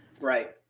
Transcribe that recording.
Right